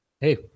hey